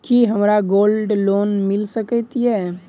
की हमरा gold loan मिल सकैत ये?